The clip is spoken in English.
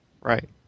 Right